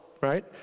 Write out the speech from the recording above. right